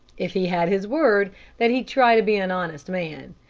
if he had his word that he'd try to be an honest man.